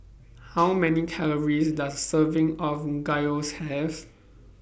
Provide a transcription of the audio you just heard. How Many Calories Does A Serving of Gyros Have